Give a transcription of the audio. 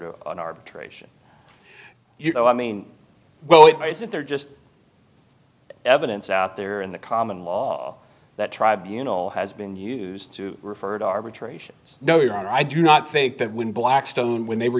to an arbitration you know i mean well it might if they're just evidence out there in the common law that tribunals has been used to refer to arbitration no your honor i do not think that when blackstone when they were